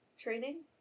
training